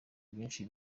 byinshi